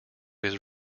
his